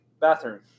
bathroom